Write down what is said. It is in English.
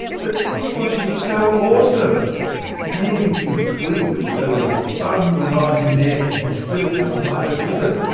but dishwashers are so awesome maybe we could tweak them so we could bung the knives in there and still cut tomatoes with them?